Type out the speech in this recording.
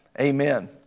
Amen